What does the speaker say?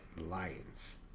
Lions